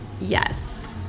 Yes